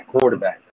quarterback